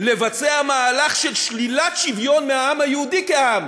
לבצע מהלך של שלילת שוויון מהעם היהודי כעם,